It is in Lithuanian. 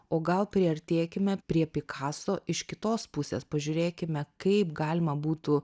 o gal priartėkime prie pikaso iš kitos pusės pažiūrėkime kaip galima būtų